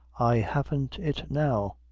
i haven't it now.